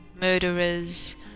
murderers